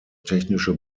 technische